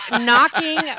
knocking